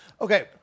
Okay